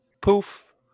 Poof